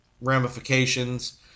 ramifications